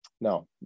No